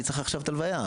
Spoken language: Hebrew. אני צריך עכשיו את ההלוויה,